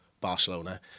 Barcelona